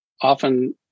often